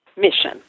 Mission